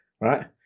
right